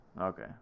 Okay